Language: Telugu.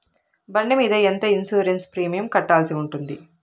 బండి మీద ఎంత ఇన్సూరెన్సు ప్రీమియం కట్టాల్సి ఉంటుంది?